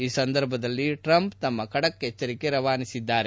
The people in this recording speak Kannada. ಈ ಸಂದರ್ಭದಲ್ಲಿ ಟ್ರಂಪ್ ತಮ್ಮ ಖಡಕ್ ಎಚ್ಚರಿಕೆ ರವಾನಿಸಿದರು